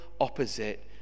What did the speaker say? opposite